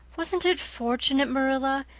wasn't it fortunate, marilla,